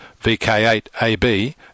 VK8AB